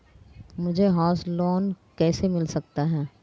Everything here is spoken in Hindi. मुझे हाउस लोंन कैसे मिल सकता है?